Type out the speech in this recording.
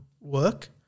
work